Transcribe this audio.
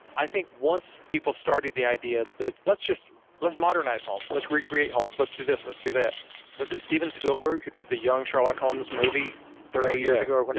i think once people started the idea that let's let's modernize holmes, let's recreate holmes, let's do this, let's do that was it steven spielberg who did the young sherlock holmes movie thirty years ago? but